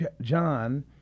John